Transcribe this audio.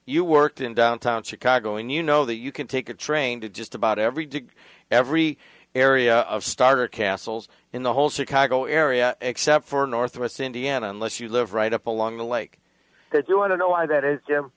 you worked in downtown chicago and you know that you can take a train to just about every dig every area of starter castles in the whole sic agoa area except for northwest indiana unless you live right up along the lake if you want to know why that is